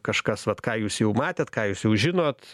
kažkas vat ką jūs jau matėt ką jūs jau žinot